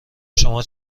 شما